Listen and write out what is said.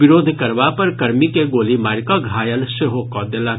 विरोध करबा पर कर्मी के गोली मारि कऽ घायल सेहो कऽ देलक